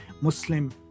Muslim